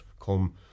come